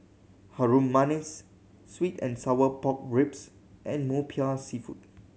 Harum Manis sweet and sour pork ribs and Popiah Seafood